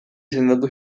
sendotu